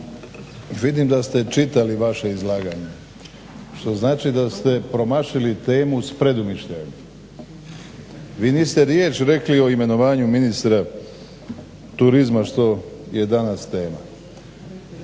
vidim da ste čitali vaše izlaganje što znači da ste promašili temu s predumišljajem. Vi niste riječ rekli o imenovanju ministra turizma što je danas tema.